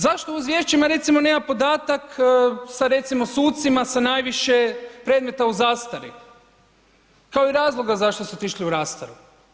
Zašto u izvješćima recimo nema podatak sa recimo sucima sa najviše predmeta u zastari kao i razloga zašto su otišli u zastaru?